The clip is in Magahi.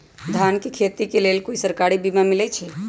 धान के खेती के लेल कोइ सरकारी बीमा मलैछई?